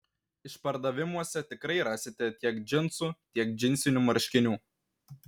išpardavimuose tikrai rasite tiek džinsų tiek džinsinių marškinių